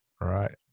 right